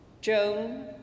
Joan